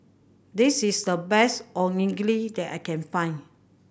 this is the best Onigiri that I can find